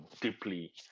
deeply